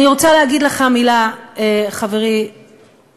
אני רוצה להגיד לך מילה, חברי אמיר: